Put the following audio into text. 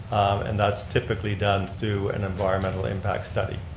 and that's typically done through an environmental impact study.